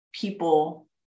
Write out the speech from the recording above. people